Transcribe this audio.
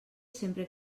sempre